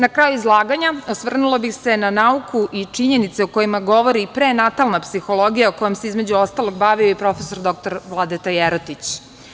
Na kraju izlaganja osvrnula bih se na nauku i činjenice o kojima govori i prenatalna psihologija kojom se između ostalog bavio i prof. dr Vladeta Jerotić.